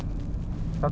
ah